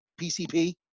PCP